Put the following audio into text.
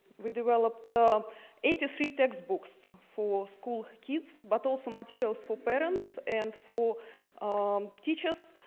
we developed ah eighty three textbooks for school kids but also materials for parents and for um teachers.